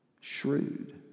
shrewd